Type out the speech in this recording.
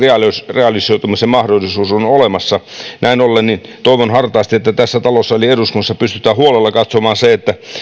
realisoitumisen mahdollisuus on olemassa näin ollen toivon hartaasti että tässä talossa eli eduskunnassa pystytään huolella katsomaan se että